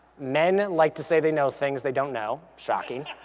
men like to say they know things they don't know, shocking,